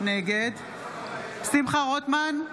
נגד שמחה רוטמן,